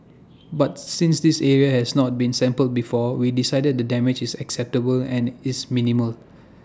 but since this area has not been sampled before we decided the damage is acceptable and it's minimal